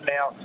Now